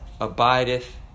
abideth